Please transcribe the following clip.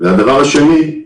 דבר שני,